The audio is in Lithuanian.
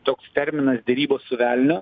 toks terminas derybos su velniu